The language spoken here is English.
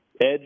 edge